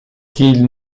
qu’il